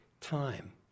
time